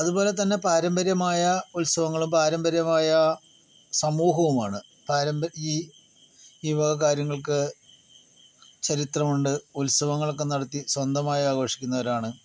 അത്പോലെത്തന്നെ പാരമ്പര്യമായ ഉത്സവങ്ങളും പാരമ്പര്യമായ സമൂഹവുമാണ് പാരമ്പര്യ ഈ വക കാര്യങ്ങൾക്ക് ചരിത്രമുണ്ട് ഉത്സവങ്ങളൊക്കെ നടത്തി സ്വന്തമായി ആഘോഷിക്കുന്നവരാണ്